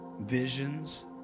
visions